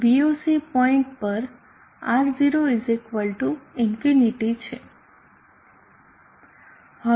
VOC point પર R0 ∞ છે